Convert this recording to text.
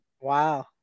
Wow